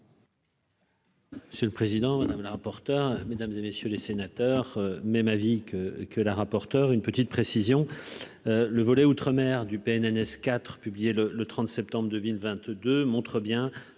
C'est le président madame la rapporteure, mesdames et messieurs les sénateurs, même avis que que la rapporteure, une petite précision, le volet outre-mer du PNNS IV publié le le 30 septembre 2 villes 22 montre bien